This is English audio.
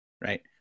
Right